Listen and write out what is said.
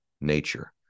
nature